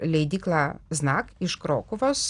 leidyklą znak iš krokuvos